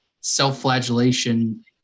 self-flagellation